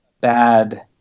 bad